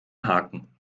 haken